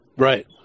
Right